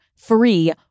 free